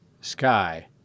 Sky